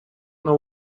know